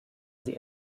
sie